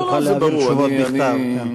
תוכל להעביר תשובות בכתב.